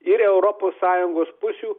ir europos sąjungos pusių